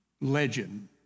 legend